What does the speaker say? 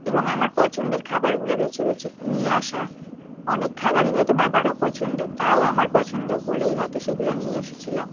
এবং আমার পছন্দের খাবারগুলো বেছে বেছে নিয়ে আসা অনেক খাবারই হয়তো বাবার অপছন্দ তাও আমার পছন্দ বলেই হয়তো সেগুলো নিয়ে এসেছিল